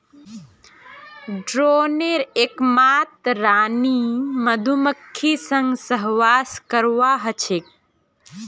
ड्रोनेर एकमात रानी मधुमक्खीर संग सहवास करवा ह छेक